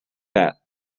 that